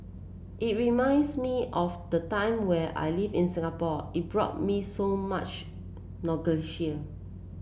it reminds me of the time where I lived in Singapore it brought me so much